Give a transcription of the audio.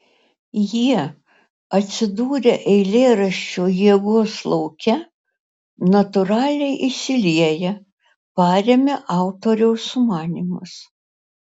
jie atsidūrę eilėraščio jėgos lauke natūraliai įsilieja paremia autoriaus sumanymus